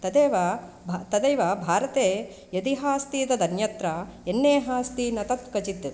तदेव भ तदैव भारते यदिहास्ति तदन्यत्र यन्नेहास्ति न तत्क्वचित्